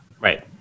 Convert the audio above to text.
Right